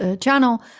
channel